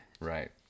right